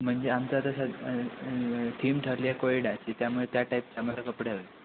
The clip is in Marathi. म्हणजे आमचं आता थीम ठरली आहे कोळी डान्सची त्यामुळे त्या टाईपचे आम्हाला कपडे हवेत